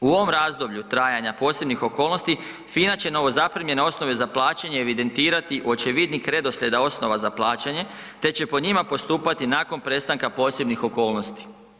U ovom razdoblju trajanja posebnih okolnosti, FINA će novo zaprimljene osnove za plaće evidentirati u očevidnik redoslijeda osnova za plaćanje te će po njima postupati nakon prestanka posebnih okolnosti.